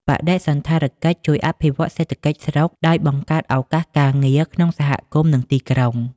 បដិសណ្ឋារកិច្ចជួយអភិវឌ្ឍសេដ្ឋកិច្ចស្រុកដោយបង្កើតឱកាសការងារក្នុងសហគមន៍ និងទីក្រុង។